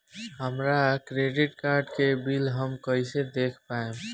हमरा credit card के bill हम कइसे देख पाएम?